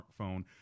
smartphone